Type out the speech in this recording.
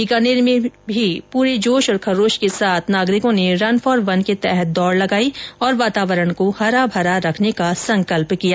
बीकानेर में भी पूरे जोश खरोश के साथ नागरिकों ने रन फोर वन के तहत दौड़ लगाई और वातावरण को हरा भरा रखने का संकल्प लिया